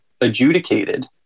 adjudicated